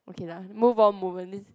okay lah move on move on this